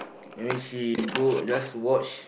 maybe she go just watch